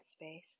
space